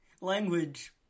language